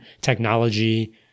technology